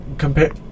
compare